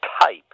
type